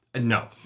No